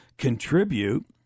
contribute